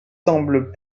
semblent